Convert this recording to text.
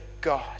God